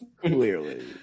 Clearly